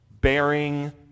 Bearing